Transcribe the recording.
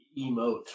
emote